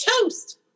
toast